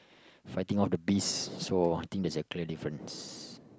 fighting off the beast so I think there's a clear difference